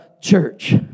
church